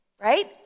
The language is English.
Right